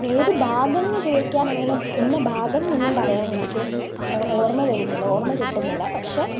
ഏത് ഭാഗമെന്ന് ചോദിക്കാൻ അങ്ങനെ ഇന്ന ഭാഗമെന്നൊന്നും പറയാൻ എനിക്ക് ഓർമ്മ വരുന്നില്ല ഓർമ്മ കിട്ടുന്നില്ല പക്ഷേ